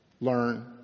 learn